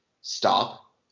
stop